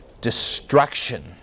destruction